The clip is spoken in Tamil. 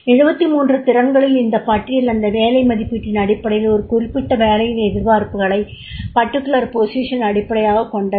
73 திறன்களின் இந்த பட்டியல் அந்த வேலை மதிப்பீட்டின் அடிப்படையில் ஒரு குறிப்பிட்ட வேலையின் எதிர்பார்ப்புகளை அடிப்படையாகக் கொண்டது